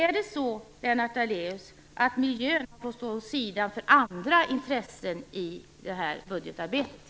Är det så, Lennart Daléus, att miljön har fått stå åt sidan för andra intressen i budgetarbetet?